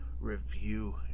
review